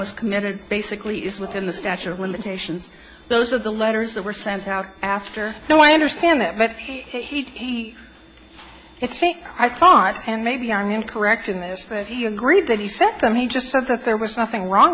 was committed basically is within the statute of limitations those are the letters that were sent out after now i understand that but he it's think i thought and maybe i'm correct in this that he agreed that he sent them he just said that there was nothing wrong